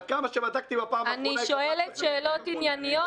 עד כמה שבדקתי בפעם האחרונה --- אני שואלת שאלות ענייניות,